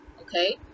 okay